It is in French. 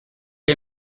les